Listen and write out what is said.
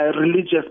religious